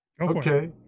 Okay